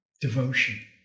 devotion